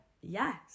Yes